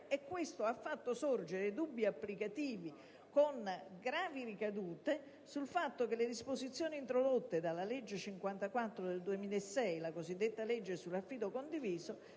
e ciò ha fatto sorgere dubbi applicativi con gravi ricadute sul fatto che le disposizioni introdotte dalla legge n. 54 del 2006, la cosiddetta legge sull'affido condiviso,